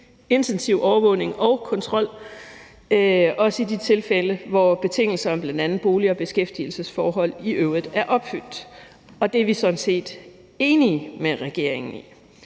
intensiv overvågning og kontrol, også i de tilfælde, hvor nogle betingelser, bl.a. bolig- og beskæftigelsesforhold, i øvrigt er opfyldt. Det er vi sådan set enige med regeringen i.